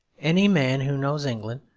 any man who knows england,